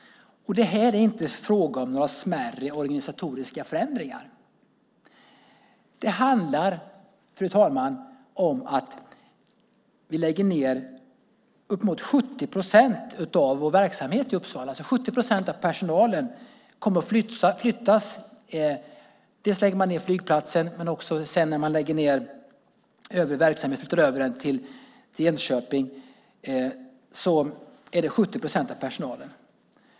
Och det här är inte fråga om några smärre organisatoriska förändringar. Det handlar, fru talman, om att vi lägger ned uppemot 70 procent av vår verksamhet i Uppsala. 70 procent av personalen kommer att flyttas. Man lägger ned flygplatsen. Sedan lägger man ned övrig verksamhet, flyttar över den till Enköping. Då är det 70 procent av personalen.